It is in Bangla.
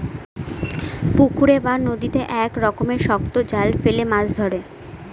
পুকুরে বা নদীতে এক রকমের শক্ত জাল ফেলে মাছ ধরে